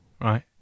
Right